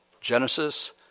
Genesis